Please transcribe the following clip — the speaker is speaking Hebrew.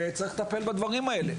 וצריך לטפל בדברים האלה.